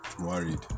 worried